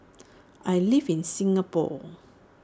I live in Singapore